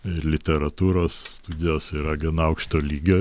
ir literatūros studijos yra gana aukšto lygio